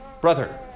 brother